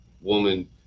woman